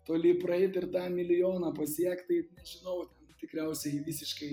toli praeit ir tą milijoną pasiekt tai nežinau ten tikriausiai visiškai